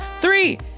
Three